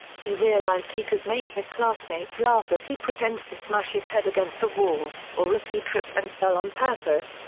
he realized he could make his classmates laugh if he pretended to smash his head against the wall, or if he tripped and fell on purpose,